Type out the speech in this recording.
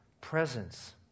presence